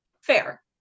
Fair